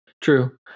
True